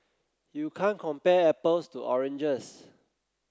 you can't compare apples to oranges